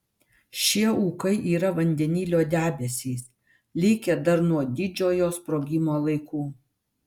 šie ūkai yra vandenilio debesys likę dar nuo didžiojo sprogimo laikų